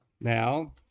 now